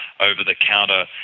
over-the-counter